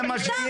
בבקשה,